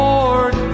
Lord